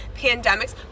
pandemics